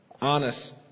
honest